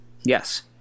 Yes